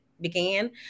Began